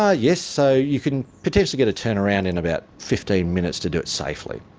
ah yeah so you can potentially get a turnaround in about fifteen minutes to do it safely.